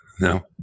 No